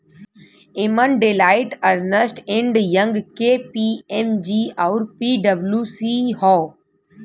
एमन Deloitte, Ernst and Young, KPMG आउर पी.डब्ल्यू.सी हौ